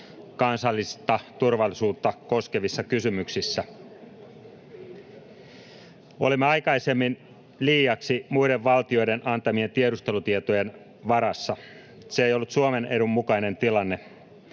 kansallista turvallisuutta koskevissa kysymyksissä. Olimme aikaisemmin liiaksi muiden valtioiden antamien tiedustelutietojen varassa. Se ei ollut Suomen edun mukainen tilanne.